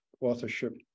authorship